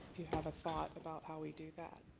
if you have a thought about how we do that.